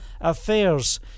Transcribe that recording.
affairs